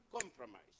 compromise